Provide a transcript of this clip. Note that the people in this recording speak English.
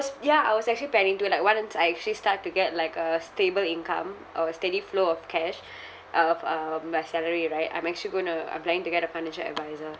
ya I was actually planning to like once I actually start to get like a stable income or a steady flow of cash of um my salary right I'm actually going to I'm planning to get a financial adviser